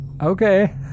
Okay